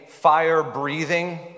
fire-breathing